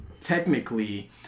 technically